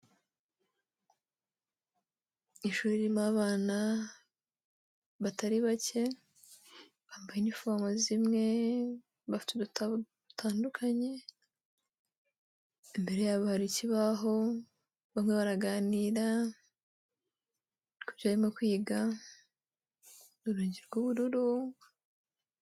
Ishuri ririmo abana batari bake bambaye uniform zimwe. Bafite ubutabo butandukanye. Imbere yabo hari ikibaho. Baraganira baraganira ku byo barimo kwiga, urugi rw'ubururu.